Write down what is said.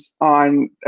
on